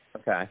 Okay